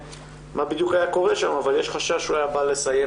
מה בדיוק היה קורה שם אבל יש חשש שהוא בא לסיים